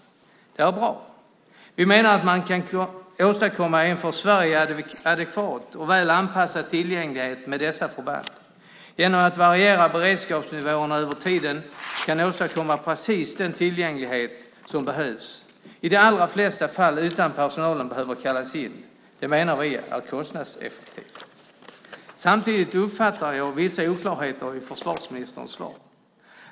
Det är bra. Vi menar att man kan åstadkomma en för Sverige adekvat och väl anpassad tillgänglighet med dessa förband. Genom att variera beredskapsnivåerna över tiden kan man åstadkomma precis den tillgänglighet som behövs, i de allra flesta fall utan att personalen behöver kallas in. Det menar vi är kostnadseffektivt. Samtidigt uppfattar jag vissa oklarheter i försvarsministerns svar.